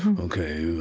um ok,